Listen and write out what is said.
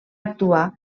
actuar